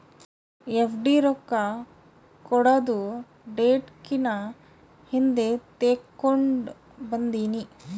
FD ರೊಕ್ಕಾ ಕೊಡದು date ಕಿನಾ ಹಿಂದೆ ತೇಕೊಂಡ್ ಬಂದಿನಿ